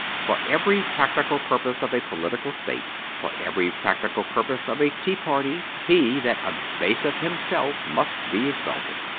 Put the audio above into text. for every practical purpose of a political state, for every practical purpose of a tea-party, he that abaseth himself must be exalted.